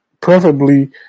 preferably